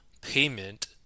payment